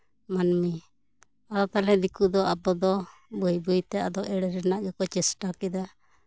ᱢᱟᱱᱢᱤ ᱟᱫᱚ ᱛᱟᱦᱚᱞᱮ ᱫᱤᱠᱩ ᱫᱚ ᱵᱟᱹᱭ ᱵᱟᱹᱭ ᱛᱮ ᱮᱲᱮ ᱨᱮᱱᱟᱜ ᱜᱮᱠᱚ ᱪᱮᱥᱴᱟ ᱠᱮᱫᱟ